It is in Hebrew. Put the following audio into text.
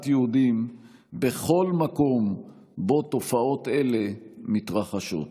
יהודים בכל מקום שבו תופעות אלה מתרחשות.